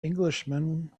englishman